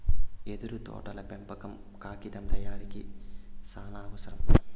యెదురు తోటల పెంపకం కాగితం తయారీకి సానావసరం